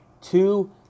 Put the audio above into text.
two